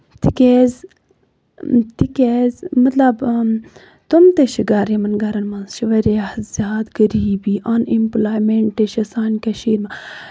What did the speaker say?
تِکیازِ تِکیازِ مطلب تِم تہِ چھِ گرٕ یِمن گرن منٛز چھِ واریاہ زیادٕ غریٖبی اَن ایٚمٕلایمیٚنٹ چھِ سانہِ کٔشیٖر منٛز